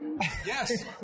Yes